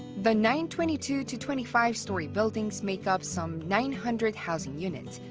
the nine twenty two to twenty five storey buildings make up some nine hundred housing units,